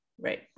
Right